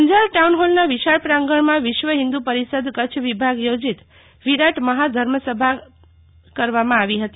અંજાર ટાઉનહોલના વિશાળ પ્રાંગણમાં વિશ્વ હિન્દુ પરિષદ કચ્છ વિભાગ યોજિત વિરાટ મહા ધર્મસભામાં કરવામાં આવી ફતી